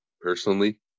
personally